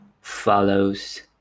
follows